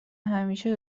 همیشه